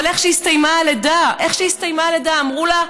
אבל איך שהסתיימה הלידה, אמרו לה: